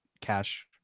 Cash